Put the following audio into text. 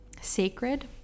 sacred